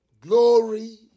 Glory